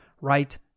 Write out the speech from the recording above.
right